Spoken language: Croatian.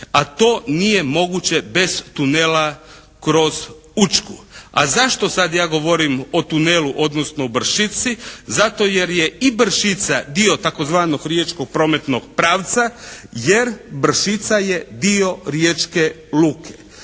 a to nije moguće bez tunela kroz Učku, a zašto sada ja govorim o tunelu odnosno o Brčici, zato što je i Brčica dio tzv. Riječkog prometnog pravca, jer Brčica je dio riječke luke.